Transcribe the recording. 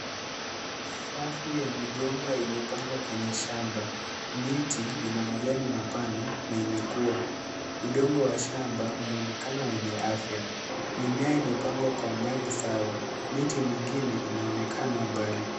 Safu ya migomba imepandwa kwenye shamba. Miti Ina majani mapana na imekua. Udongo wa shamba inaonekana wenye afya. Mimea imepandwa kwa umbali sawa. miti mwingine inaonekana mbali.